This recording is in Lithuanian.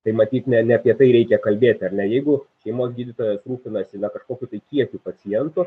tai matyt ne ne apie tai reikia kalbėti ar ne jeigu šeimos gydytojas rūpinasi na kažkokiu tai kiekiu pacientų